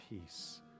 peace